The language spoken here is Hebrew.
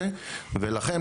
ולכן,